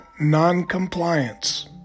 noncompliance